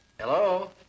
Hello